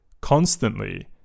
constantly